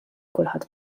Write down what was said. kulħadd